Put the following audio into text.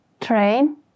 train